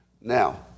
Now